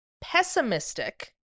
pessimistic